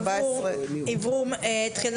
תקנה